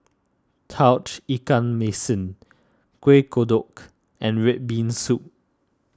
Tauge Ikan Masin Kueh Kodok and Red Bean Soup